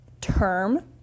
term